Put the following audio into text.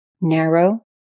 Narrow